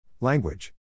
Language